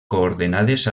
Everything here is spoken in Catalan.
coordenades